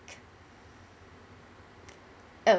oh~